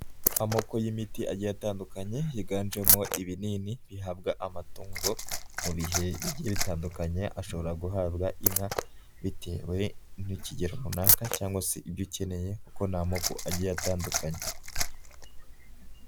Amoko y'imiti agiye atandukanye, yiganjemo ibinini bihabwa amatungo mu bihe bigiye bitandukanye, ashobora guhabwa inka bitewe n'ikigero runaka cyangwa se ibyo ikeneye kuko ni amoko agiye atandukanye.